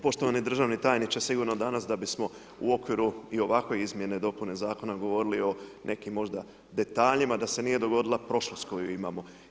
Poštovani državni tajniče sigurno danas da bismo u okviru i ovakve izmjene i dopune zakona govorili o nekim možda detaljima da se nije dogodila prošlost koju imamo.